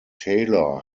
taylor